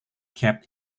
kept